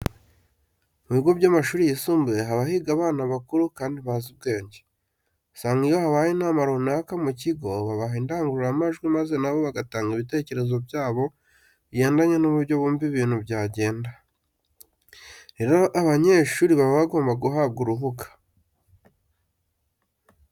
Mu bigo by'amashuri yisumbuye haba higa abana bakuru kandi bazi ubwenge. Usanga iyo habaye inama runaka mu kigo, babaha indangururamajwi maze na bo bagatanga ibitekerezo byabo bigendanye n'uburyo bumva ibintu byagenda. Rero abanyeshuri baba bagomba guhabwa urubuga.